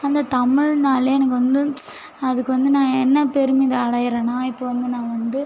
அந்த தமிழ்னாலே எனக்கு வந்து அதுக்கு வந்து நான் என்ன பெருமிதம் அடையிறேன்னா இப்போ வந்து நான் வந்து